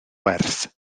werth